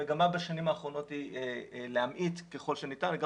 המגמה בשנים האחרונות היא להמעיט ככל שניתן וגם